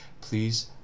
please